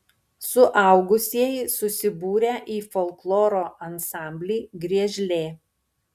suaugusieji susibūrę į folkloro ansamblį griežlė